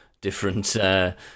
different